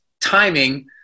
timing